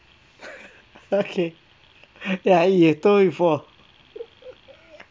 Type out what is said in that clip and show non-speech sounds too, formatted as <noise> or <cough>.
<laughs> okay ya you told me before